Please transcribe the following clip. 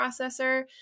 processor